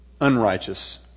unrighteous